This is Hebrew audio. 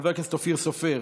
חבר הכנסת אופיר סופר